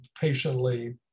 patiently